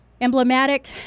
Emblematic